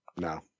No